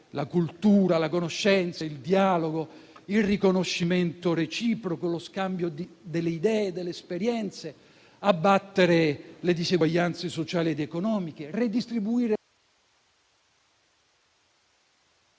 la cultura, la conoscenza, il dialogo, il riconoscimento reciproco, lo scambio delle idee e delle esperienze, abbattere le diseguaglianze sociali ed economiche, redistribuire